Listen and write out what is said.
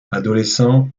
adolescent